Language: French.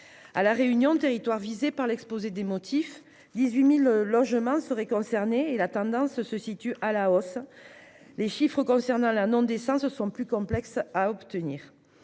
À La Réunion, territoire cité dans l'exposé des motifs de ce texte, 18 000 logements seraient concernés ; la tendance est à la hausse. Les chiffres concernant la non-décence sont plus complexes à obtenir.